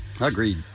Agreed